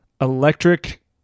electric